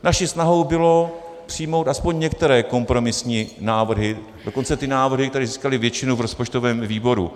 Naší snahou bylo přijmout aspoň některé kompromisní návrhy, dokonce ty návrhy, které získaly většinu v rozpočtovém výboru.